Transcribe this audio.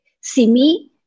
Simi